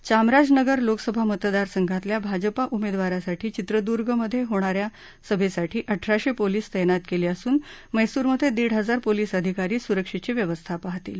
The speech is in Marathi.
चामराजनगर लोकसभा मतदार संघातल्या भाजपा उमेदवारासाठी चित्रदुर्गमधे होणा या सभेसाठी अठराशे पोलीस तस्त्रि केले असून मंसुरमधे दीड हजार पोलीस अधिकारी सुरक्षेची व्यवस्था पाहतील